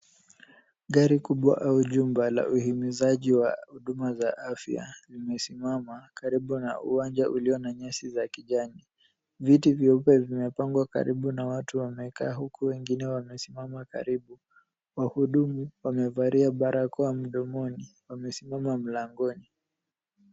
Gari kubwa au jumba la uhimizaji wa huduma za afya limesimama karibu na uwanja ulio na nyasi ya kijani. Viti vyeupe vimepangwa karibu na watu wamekaa huku wengine wamesimama karibu. Wahudumu waliovalia barakoa mdomoni wamesimama mlangoni.